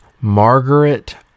Margaret